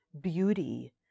beauty